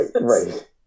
right